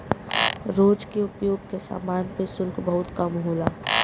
रोज के उपयोग के समान पे शुल्क बहुत कम होला